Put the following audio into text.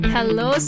Hello